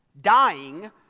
dying